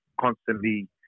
constantly